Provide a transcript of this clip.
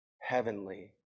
heavenly